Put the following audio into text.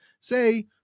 say